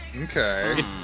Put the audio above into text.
Okay